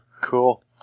Cool